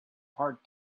hard